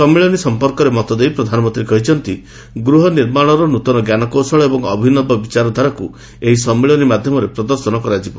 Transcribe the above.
ସମ୍ମିଳନୀ ସମ୍ପର୍କରେ ମତଦେଇ ପ୍ରଧାନମନ୍ତ୍ରୀ କହିଛନ୍ତି ଗୃହ ନିର୍ମାଣର ନ୍ବତନ ଜ୍ଞାନକୌଶଳ ଓ ଅଭିନବ ବିଚାରଧାରାକୃ ଏହି ସମ୍ମିଳନୀ ମାଧ୍ୟମରେ ପ୍ରଦର୍ଶନ କରାଯିବ